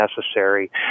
necessary